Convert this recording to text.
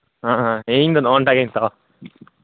ᱦᱮᱸ ᱤᱧ ᱫᱚ ᱱᱚᱣᱟᱴᱟᱜ ᱜᱤᱧ ᱦᱟᱛᱟᱣᱟ